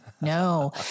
no